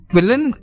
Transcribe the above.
Villain